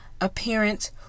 appearance